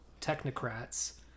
technocrats